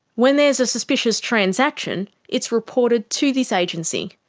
when there's a suspicious transaction, it's reported to this agency.